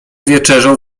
wieczerzą